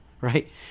right